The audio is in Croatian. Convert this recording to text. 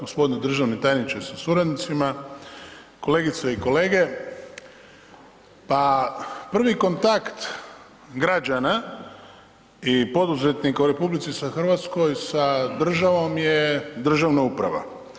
Gospodine državni tajniče sa suradnicima, kolegice i kolege, pa prvi kontakt građana i poduzetnika u RH sa državom je državna uprava.